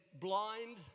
Blind